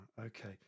okay